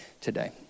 today